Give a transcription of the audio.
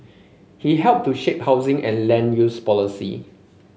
he helped to shape housing and land use policy